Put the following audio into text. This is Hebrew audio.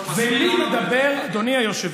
לא, הוא מסביר למה, ואדוני היושב-ראש,